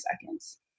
seconds